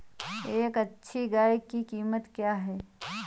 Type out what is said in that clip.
एक अच्छी गाय की कीमत क्या है?